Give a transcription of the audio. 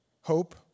Hope